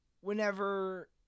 Whenever